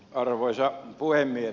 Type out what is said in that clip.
arvoisa puhemies